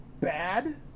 bad